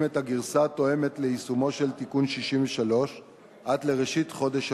את הגרסה התואמת ליישומו של תיקון 63 עד ראשית חודש אפריל.